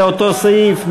לאותו סעיף,